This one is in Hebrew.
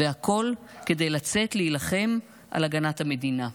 והכול כדי לצאת להילחם על הגנת המדינה.